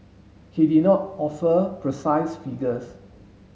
he did not offer precise figures